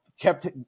kept